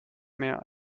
mehr